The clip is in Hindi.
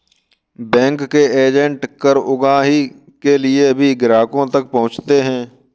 बैंक के एजेंट कर उगाही के लिए भी ग्राहकों तक पहुंचते हैं